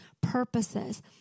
purposes